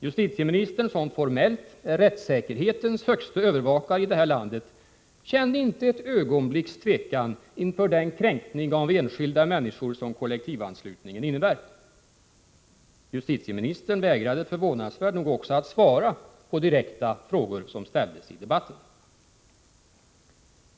Justitieministern, som formellt är rättssäkerhetens högste övervakare i det här landet, kände inte ett ögonblicks tvekan inför den kränkning av enskilda människor som kollektivanslutningen innebär. Justitieministern vägrade förvånansvärt nog också att svara på direkta frågor som ställdes i debatten.